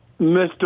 Mr